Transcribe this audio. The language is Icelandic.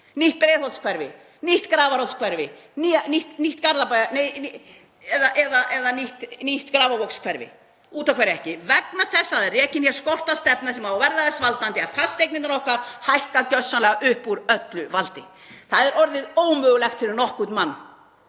Nýtt Breiðholtshverfi, nýtt Grafarholtshverfi eða nýtt Grafarvogshverfi? Af hverju ekki? Vegna þess að hér er rekin skortstefna sem á að verða þess valdandi að fasteignirnar okkar hækka gjörsamlega upp úr öllu valdi. Það er orðið ómögulegt fyrir nokkurn mann